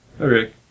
Okay